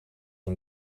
een